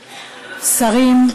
שרים,